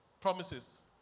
promises